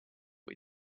või